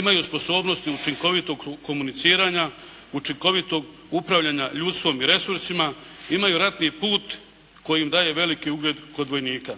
Imaju sposobnost i učinkovitost komuniciranja, učinkovitog upravljanja ljudstvom i resursima, imaju ratni put koji im daje veliki ugled kod vojnika.